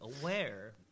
aware